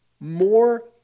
more